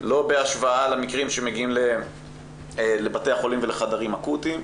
לא בהשוואה למקרים שמגיעים לבתי החולים ולחדרים האקוטיים,